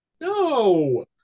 no